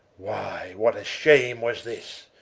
why, what a shame was this?